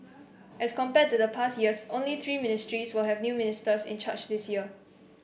as compared to the past years only three ministries will have new ministers in charge this year